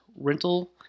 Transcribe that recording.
Rental